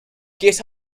get